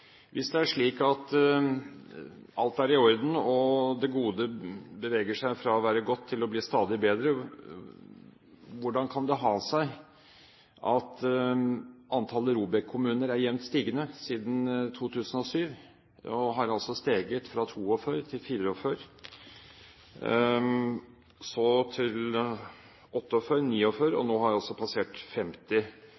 Hvis det er slik at alt er i orden og det gode beveger seg fra å være godt til å bli stadig bedre, hvordan kan det ha seg at antallet ROBEK-kommuner er jevnt stigende siden 2007? De har altså steget fra 42 til 44, så til 48 og 49, og